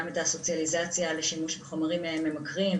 את הסוציאליזציה לשימוש בחומרים ממכרים,